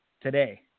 today